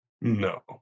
No